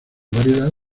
variedad